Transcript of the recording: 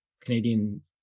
Canadian